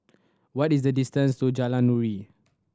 what is the distance to Jalan Nuri